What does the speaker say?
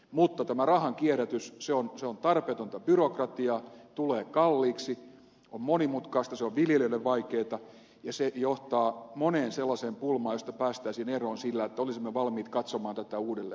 mutta tämä rahan kierrätys on tarpeetonta byrokratiaa tulee kalliiksi on monimutkaista se on viljelijöille vaikeata ja se johtaa moneen sellaiseen pulmaan josta päästäisiin eroon sillä että olisimme valmiit katsomaan tätä uudelleen